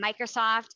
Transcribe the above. Microsoft